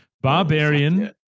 Barbarian